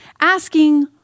asking